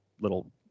little